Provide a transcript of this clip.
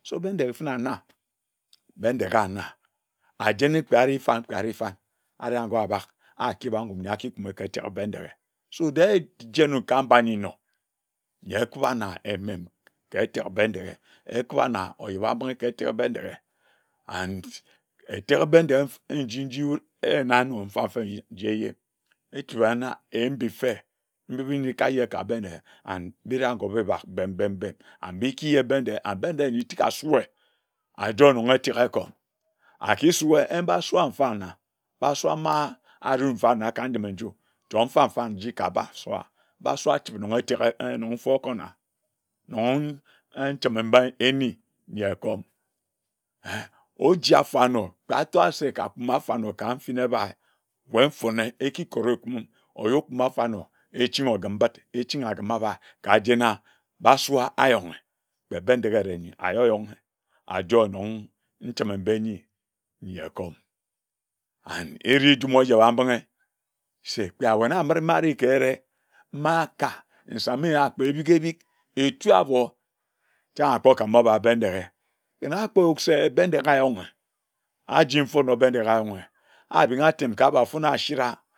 So Bendeghe fene anar, Bendeghe anar ajene kpe areh fan kpe areh fan aregor aba akeba ngum nyi akikumi ka eteke Bendeghe so je ejenin ka mba nyi nnor nji ekiba na emem ka etek Bendeghe ekiba na ojebambinghi ka eteke Bnedeghe and eteke Bendeghe nji nji wud eyina anor mfa mfa njie eje etura na eyin mbi mfe mbibi nyi ekaja ka Bendeghe and mbiba nkob ibak bem bem and mbikiye Bendeghe and Bendeghe nyi tik asuye aji ononge tek akor aki sue embasva mfana basua ama aru mfana ka njimi nju chong mfa mfa nji ka basua, basua a chibi mmone eteke enonge mfor kornar, chong njimi mba eni nyi ekom oji afanor kpe atonor se ka kumi afanor echinghi ogim bid echin agim abai kajena basua ayonge kpe Bendeghe aerh nyi aroyonghe ajie onong chimi mba eni nyi ekom and ereh njum ojebambinghi se kpe ebigebig, etu abor tak aro kpokam aba Bendeghe ken akpoyuk se Bendeghe ayonghe aji mfonor Bendeghe ayonghe abinga atem ka mba phone asira